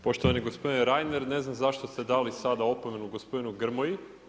Poštovani gospodine Renier, ne znam zašto ste dali sada opomenu gospodinu Grmoji.